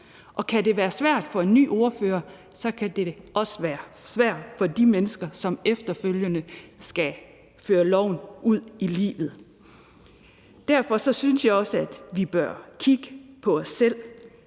og kan det være svært for en ny ordfører, kan det også være svært for de mennesker, som efterfølgende skal føre loven ud i livet. Derfor synes jeg også, at vi bør kigge på os selv.